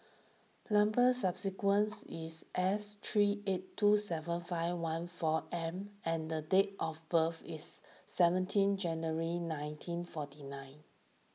number subsequence is S three eight two seven five one four M and date of birth is seventeen January nineteen forty nine